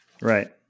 Right